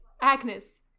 Agnes